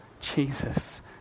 Jesus